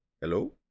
Hello